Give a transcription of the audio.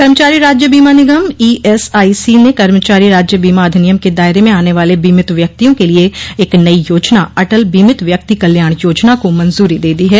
कर्मचारी राज्य बीमा निगम ईएसआईसी ने कर्मचारी राज्य बीमा अधिनियम के दायरे में आने वाले बीमित व्यक्तियों के लिए एक नई योजना अटल बीमित व्यक्ति कल्याण योजना को मंजूरी दे दी है